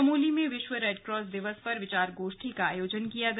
चमोली में विश्व रेडक्रास दिवस पर विचार गोष्ठी का आयोजन किया गया